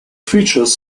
features